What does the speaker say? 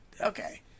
okay